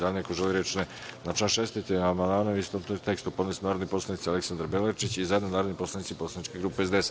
Da li neko želi reč? (Ne) Na član 16. amandmane, u istovetnom tekstu, podneli su narodni poslanici Aleksandra Belačić i zajedno narodni poslanici poslaničke grupe SDS.